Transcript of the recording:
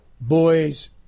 boys